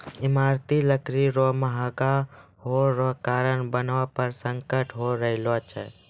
ईमारती लकड़ी रो महगा होय रो कारण वनो पर संकट होय रहलो छै